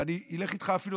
ואני אלך איתך אפילו.